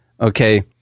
Okay